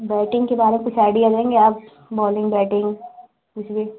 batting के बारे कुछ आइडिया देंगे आप बॉलिंग बैटिंग कुछ भी